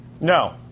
No